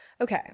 okay